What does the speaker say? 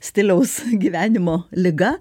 stiliaus gyvenimo liga